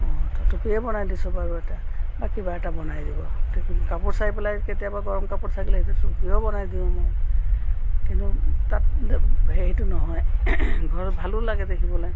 ত' টুপিয়েই বনাই দিছোঁ বাৰু এটা বা কিবা এটা বনাই দিব কাপোৰ চাই পেলাই কেতিয়াবা গৰম কাপোৰ থাকিলে সেইটো টুপিও বনাই দিওঁ মই কিন্তু তাত সেইটো নহয় ঘৰত ভালো লাগে দেখিবলৈ